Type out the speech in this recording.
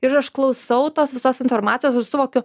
ir aš klausau tos visos informacijos ir suvokiu